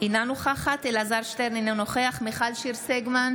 אינה נוכחת אלעזר שטרן, אינו נוכח מיכל שיר סגמן,